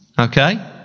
Okay